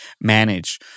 manage